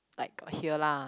like got hear lah